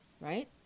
right